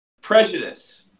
Prejudice